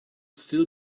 still